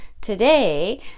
today